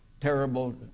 terrible